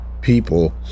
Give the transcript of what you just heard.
people